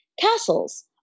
Castles